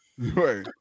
Right